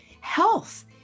health